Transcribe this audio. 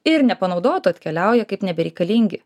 ir nepanaudotų atkeliauja kaip nebereikalingi